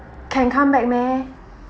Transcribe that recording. can come back meh